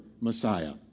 Messiah